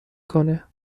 کنه